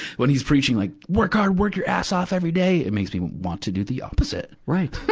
when he's preaching like, work hard! work your ass off every day, it makes me want to do the opposite. right.